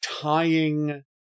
tying